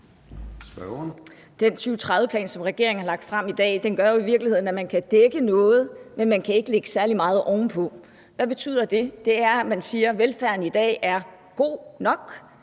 Den 2030-plan, som regeringen har lagt frem i dag, gør i virkeligheden, at man kan dække noget, men man kan ikke lægge særlig meget ovenpå. Hvad betyder det? Det betyder, at man siger, at velfærden i dag er god nok,